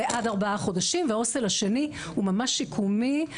לעד ארבעה חודשים וההוסטל השני הוא ממש שיקומי,